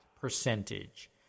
percentage